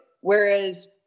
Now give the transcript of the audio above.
whereas